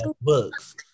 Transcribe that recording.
books